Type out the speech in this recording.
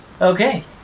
Okay